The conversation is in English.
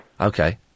Okay